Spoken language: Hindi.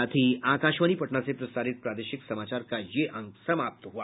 इसके साथ ही आकाशवाणी पटना से प्रसारित प्रादेशिक समाचार का ये अंक समाप्त हुआ